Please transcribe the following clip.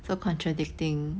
so contradicting